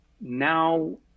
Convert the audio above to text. now